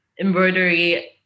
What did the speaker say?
embroidery